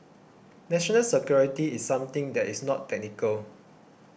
national security is something that is not technical